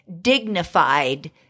dignified